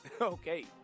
Okay